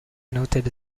noted